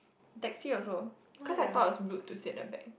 taxi also cause I thought it's rude to sit at the back